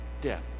death